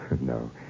No